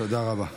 תודה רבה,